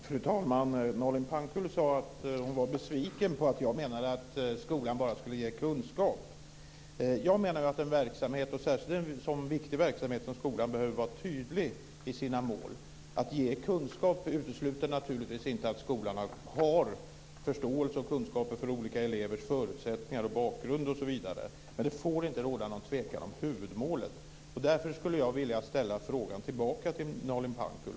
Fru talman! Nalin Pankgul sade att hon var besviken på att jag menade att skolan bara skulle ge kunskap. Jag menar att en sådan viktig verksamhet som skolan behöver vara tydlig i sina mål. Att ge kunskap utesluter naturligtvis inte att skolan har förståelse för och kunskaper om olika elevers förutsättningar och bakgrund osv. Det får inte råda någon tvekan om huvudmålet. Därför skulle jag vilja ställa en fråga till Nalin Pankgul.